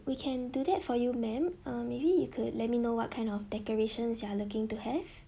we can do that for you ma'am uh maybe you could let me know what kind of decorations you are looking to have